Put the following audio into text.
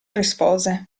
rispose